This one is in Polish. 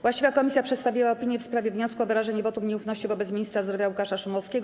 Właściwa komisja przedstawiła opinię w sprawie wniosku o wyrażenie wotum nieufności wobec ministra zdrowia Łukasza Szumowskiego.